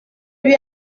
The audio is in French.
lui